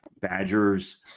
badgers